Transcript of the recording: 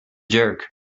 jerk